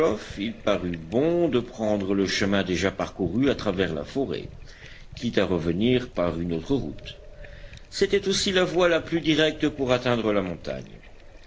il parut bon de prendre le chemin déjà parcouru à travers la forêt quitte à revenir par une autre route c'était aussi la voie la plus directe pour atteindre la montagne